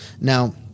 Now